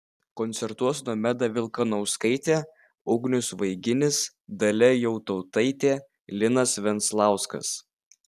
koncertuos nomeda vilkanauskaitė ugnius vaiginis dalia jatautaitė linas venclauskas